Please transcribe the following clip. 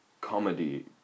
comedy